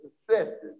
successes